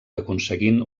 aconseguint